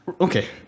Okay